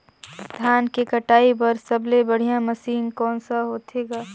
धान के कटाई बर सबले बढ़िया मशीन कोन सा होथे ग?